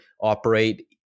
operate